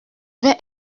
vais